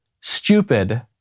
stupid